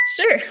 Sure